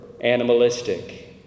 animalistic